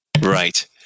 Right